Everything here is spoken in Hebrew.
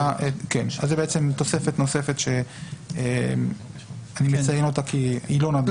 זו תוספת נוספת שאני מציין אותה כי היא לא נדונה.